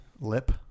lip